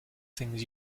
things